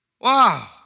Wow